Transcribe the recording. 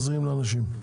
לאנשים?